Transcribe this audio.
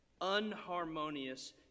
Unharmonious